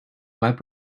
web